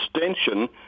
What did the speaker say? extension